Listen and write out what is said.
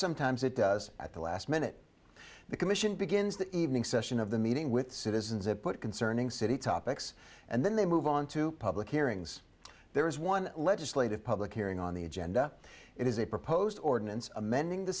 sometimes it does at the last minute the commission begins the evening session of the meeting with citizens it put concerning city topics and then they move on to public hearings there is one legislative public hearing on the agenda it is a proposed ordinance amending t